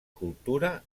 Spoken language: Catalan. cultura